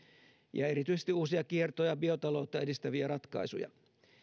ja erityisesti uusia kierto ja biotaloutta edistäviä ratkaisuja